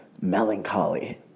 melancholy